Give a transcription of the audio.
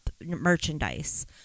merchandise